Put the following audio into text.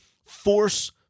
force